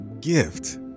gift